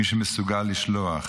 מי שמסוגל לשלוח